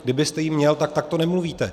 Kdybyste ji měl, tak takto nemluvíte.